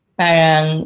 parang